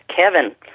Kevin